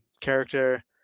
character